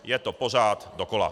Je to pořád dokola.